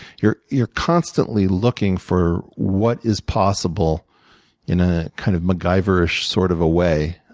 you're you're constantly looking for what is possible in a kind of macgyverish sort of a way.